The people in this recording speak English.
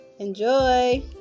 Enjoy